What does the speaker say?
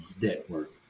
Network